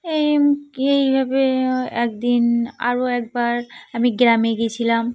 এই এইভাবে একদিন আরও একবার আমি গ্রামে গিয়েছিলাম